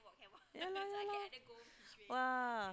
yeah lah yeah lah !wah!